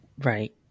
Right